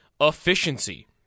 efficiency